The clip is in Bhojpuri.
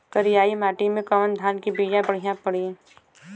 करियाई माटी मे कवन धान के बिया बढ़ियां पड़ी?